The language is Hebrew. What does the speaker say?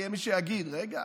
יהיה מי שיגיד: רגע,